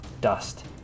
dust